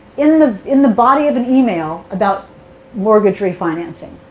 in the in the body of an email about mortgage refinancing?